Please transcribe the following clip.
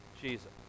Jesus